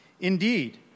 Indeed